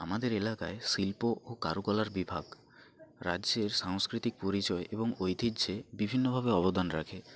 আমাদের এলাকায় শিল্প ও কারুকলার বিভাগ রাজ্যের সাংস্কৃতিক পরিচয় এবং ঐতিহ্যে বিভিন্নভাবে অবদান রাখে